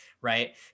right